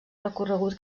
recorregut